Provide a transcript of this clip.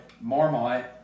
Marmite